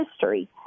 history